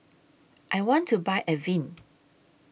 I want to Buy Avene